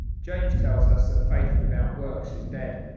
james tells us that faith without works is dead,